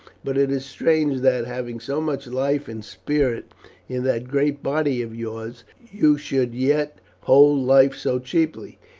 but it is strange that, having so much life and spirit in that great body of yours, you should yet hold life so cheaply.